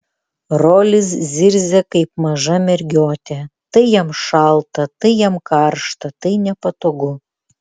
rolis zirzia kaip maža mergiotė tai jam šalta tai jam karšta tai nepatogu